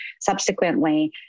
subsequently